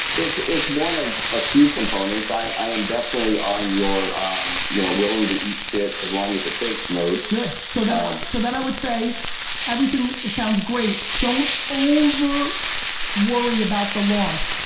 it's it's one of a few components. i am definitely on your you know willing to eat shit as long as it takes mode. good, so then so then i would say everything sounds great don't over worry about the launch.